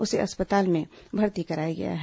उसे अस्पताल में भर्ती कराया गया है